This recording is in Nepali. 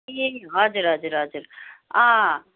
ए हजुर हजुर हजुर अँ